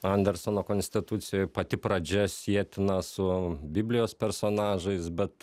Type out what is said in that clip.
andersono konstitucijoj pati pradžia sietina su biblijos personažais bet